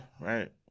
right